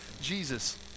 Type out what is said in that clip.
Jesus